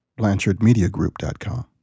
BlanchardMediaGroup.com